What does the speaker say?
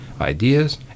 ideas